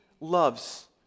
loves